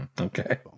Okay